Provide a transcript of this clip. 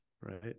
Right